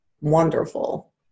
wonderful